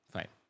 Fine